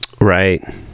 Right